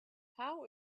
how